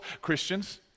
Christians